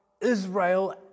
Israel